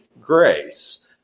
grace